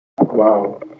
Wow